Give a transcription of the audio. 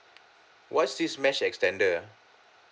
what's this mesh extender ah